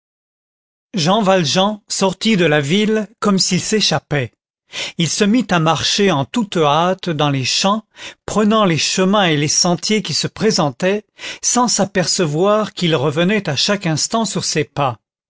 jean valjean sortit de la ville comme s'il s'échappait il se mit à marcher en toute hâte dans les champs prenant les chemins et les sentiers qui se présentaient sans s'apercevoir qu'il revenait à chaque instant sur ses pas